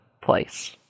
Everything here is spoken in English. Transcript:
place